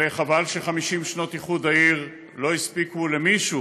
וחבל ש-50 שנות איחוד העיר לא הספיקו למישהו